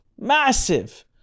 massive